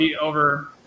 over